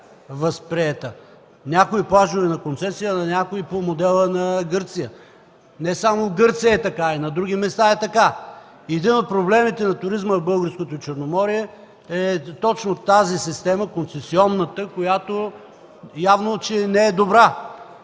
някои плажове – на концесия, други – по модела на Гърция. Не само в Гърция, и на други места е така! Един от проблемите на туризма по Българското Черноморие е точно тази концесионна система, която явно не е добра,